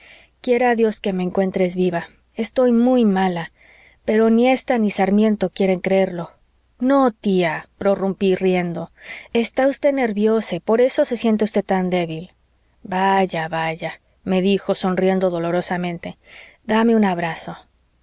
quiera dios que me encuentres viva estoy muy mala pero ni ésta ni sarmiento quieren creerlo no tía prorrumpí riendo está usted nerviosa y por eso se siente usted tan débil vaya vaya me dijo sonriendo dolorosamente dame un abrazo